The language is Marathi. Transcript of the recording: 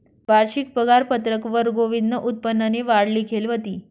वारशिक पगारपत्रकवर गोविंदनं उत्पन्ननी वाढ लिखेल व्हती